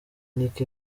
niko